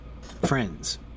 friends